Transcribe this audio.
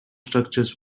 structures